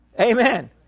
Amen